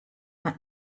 mar